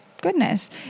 goodness